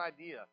idea